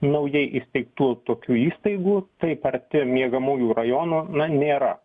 naujai įsteigtų tokių įstaigų taip arti miegamųjų rajonų na nėra